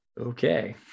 okay